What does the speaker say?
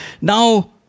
Now